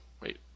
wait